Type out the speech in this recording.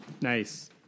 Nice